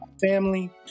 family